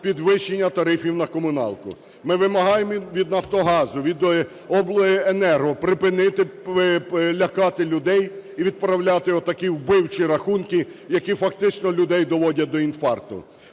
підвищення тарифів на комуналку, ми вимагаємо від "Нафтогазу", від обленерго припинити лякати людей і відправляти отакі "вбивчі" рахунки, які фактично людей доводять до інфаркту.